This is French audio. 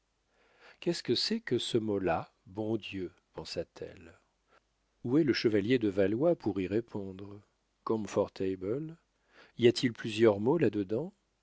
qu'est-ce que c'est que ce mot-là bon dieu pensa-t-elle où est le chevalier de valois pour y répondre comfortable y a-t-il plusieurs mots là-dedans